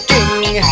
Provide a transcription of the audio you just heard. King